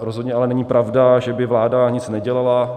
Rozhodně ale není pravda, že by vláda nic nedělala.